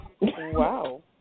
Wow